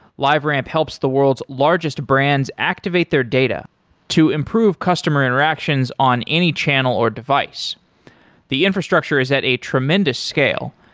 liveramp helps the world's largest brands activate their data to improve customer interactions on any channel or device the infrastructure is at a tremendous scale.